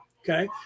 okay